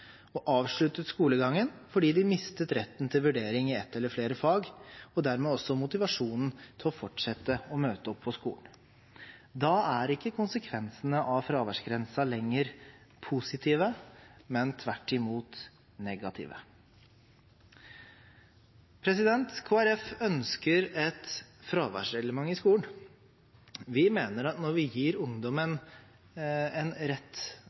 og avslutte skolegangen fordi de mistet retten til vurdering i ett eller flere fag, og dermed også motivasjonen til å fortsette å møte opp på skolen. Da er ikke konsekvensene av fraværsgrensen lenger positive, men tvert imot negative. Kristelig Folkeparti ønsker et fraværsreglement i skolen. Vi mener at når vi gir ungdommen en rett